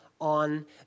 on